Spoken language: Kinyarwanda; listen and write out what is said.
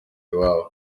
iwabo